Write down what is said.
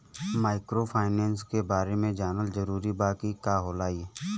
Microfinance के बारे में जानल जरूरी बा की का होला ई?